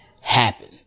happen